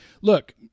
look